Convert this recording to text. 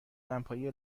دمپایی